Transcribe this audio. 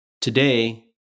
today